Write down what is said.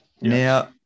Now